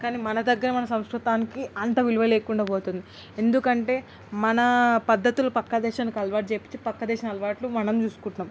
కానీ మన దగ్గర మన సంస్క్రుతానికి అంత విలువ లేకుండా పోతుంది ఎందుకంటే మన పద్ధతులు పక్క దేశానికి అలవాటు చేయించి పక్క దేశం అలవాట్లు మనం చూసుకుంటున్నాము